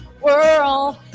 world